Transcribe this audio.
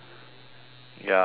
ya so